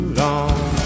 long